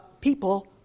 people